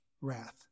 wrath